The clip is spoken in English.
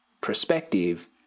perspective